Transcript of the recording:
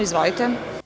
Izvolite.